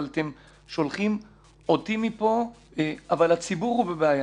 אבל אתם שולחים אותי מפה כשהציבור בבעיה,